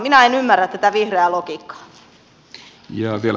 minä en ymmärrä tätä vihreää logiikkaa